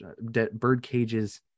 Birdcage's